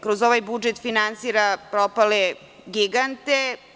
Kroz ovaj budžet on negde finansira propale gigante.